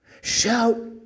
Shout